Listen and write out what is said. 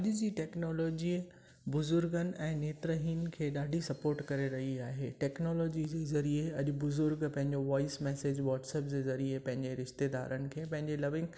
अॼु जी टेक्नोलॉजी बुज़ुर्गनि ऐं नेत्रहीन खे ॾाढी सपोर्ट करे रही आहे टेक्नोलॉजी जे ज़रिए अॼु बुज़ुर्ग पंहिंजो वॉइस मैसेज वाट्सअप जे ज़रिए पंहिंजे रिश्तेदारनि खे पंहिंजे लविंग